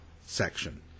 section